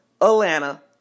Atlanta